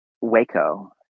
Waco